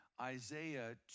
Isaiah